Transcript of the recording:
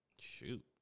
Shoot